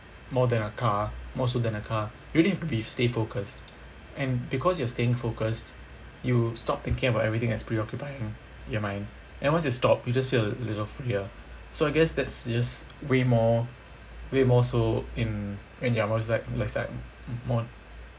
more than a car more so than a car really need to be stay focused and because you are staying focused you stop thinking about everything that's preoccupying your mind and once you stop you just feel a little free-er so I guess that's just way more way more so in when you're motorc~ like c~ mo~